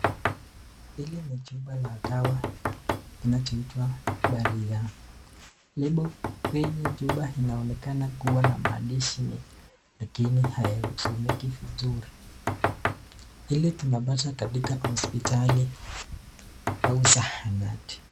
Hili ni jumba ya dawa kinachoitwa baliza lebo kwenye chupa inaonekana kua na maandishi mengine hayasomeki vizuri ili tunapata katika hospitali au zahanati.